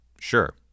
sure